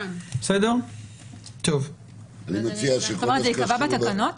זה ייקבע בתקנות?